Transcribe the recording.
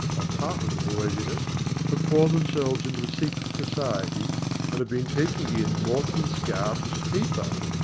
a part of the boys in it have formed themselves into a secret society and have been taking in mortensgaard's paper!